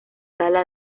gala